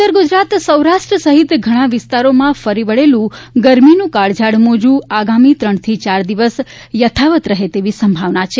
ઉત્તર ગુજરાત સૌરાષ્ટ્ર સહિત ઘણા વિસ્તારોમાં ફરી વળેલું ગરમીનું કાળઝાળ મોજૂં આગામી ત્રણથી ચાર દિવસ યથાવત રહે તેવી સંભાવના છે